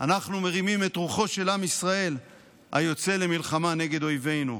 אנחנו מרימים את רוחו של עם ישראל היוצא למלחמה נגד אויבינו,